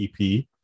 EP